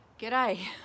G'day